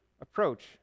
approach